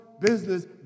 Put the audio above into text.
business